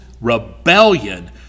rebellion